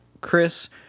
Chris